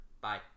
Bye